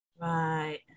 Right